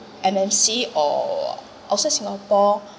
M_N_C or also singapore